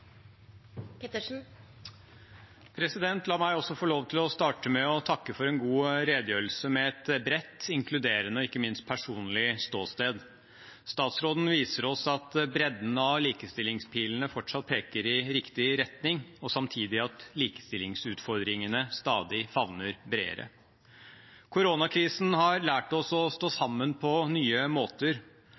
La meg også få lov til å starte med å takke for en god redegjørelse med et bredt, inkluderende og ikke minst personlig ståsted. Statsråden viser oss at bredden av likestillingspilene fortsatt peker i riktig retning, og samtidig at likestillingsutfordringene stadig favner bredere. Koronakrisen har lært oss å stå sammen på nye måter.